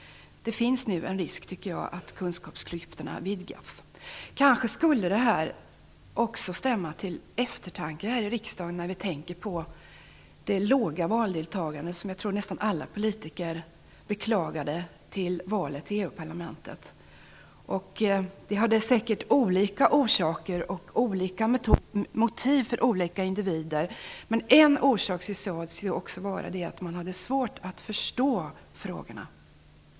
Det finns nu en risk att kunskapsklyftorna vidgas, tycker jag. Kanske skulle det också stämma till eftertanke här i riksdagen med tanke på det låga valdeltagandet vid valet till EU-parlamentet, vilket jag tror att nästan alla politiker beklagade. Det hade säkert olika orsaker hos olika individer, men en orsak sades vara att man hade svårt att förstå frågorna.